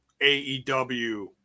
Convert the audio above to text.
aew